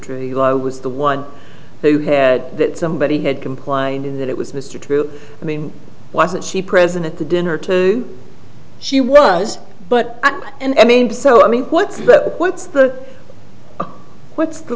truly was the one who had that somebody had compliant in that it was mr true i mean wasn't she present at the dinner too she was but i mean so i mean what's the what's the what's the